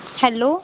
hello